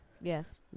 Yes